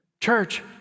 Church